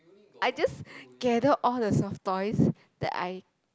I just gather all the soft toys that I